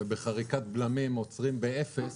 ובחריקת בלמים עוצרת באפס,